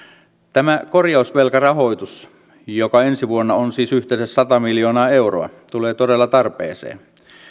tämä korjausvelkarahoitus joka ensi vuonna on siis yhteensä sata miljoonaa euroa tulee todella tarpeeseen